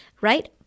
right